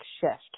shift